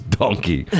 donkey